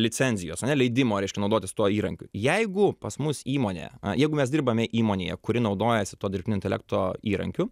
licenzijos ane leidimo reiškia naudotis tuo įrankiu jeigu pas mus įmonė jeigu mes dirbame įmonėje kuri naudojasi tuo dirbtinio intelekto įrankiu